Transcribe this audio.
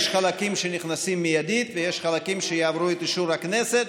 יש חלקים שנכנסים מיידית ויש חלקים שיעברו את אישור הכנסת.